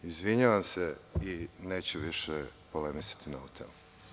Izvinjavam se i neću više polemisati na ovu temu.